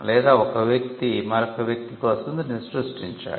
లేదా ఒక వ్యక్తి మరొక వ్యక్తి కోసం దీనిని సృష్టించాడు